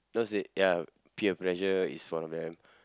those that ya peer pressure is one of them